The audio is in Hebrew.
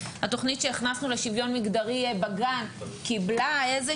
התכנית שהכנסנו לשוויון מגדרי בגן קיבלה איזה